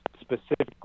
specifically